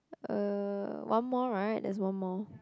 uh one more right there's one more